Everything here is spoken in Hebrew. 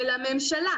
של הממשלה,